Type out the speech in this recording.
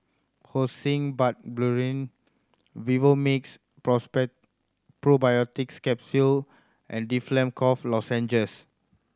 Hyoscine Butylbromide Vivomixx Probiotics Capsule and Difflam Cough Lozenges